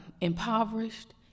impoverished